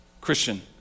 Christian